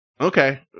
okay